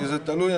זה תלוי.